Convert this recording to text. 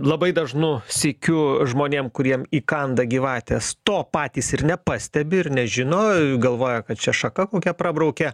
labai dažnu sykiu žmonėm kuriem įkanda gyvatės to patys ir nepastebi ir nežino galvoja kad šia šaka kokia prabraukė